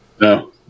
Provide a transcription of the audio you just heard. No